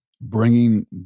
bringing